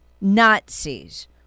Nazis